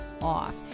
off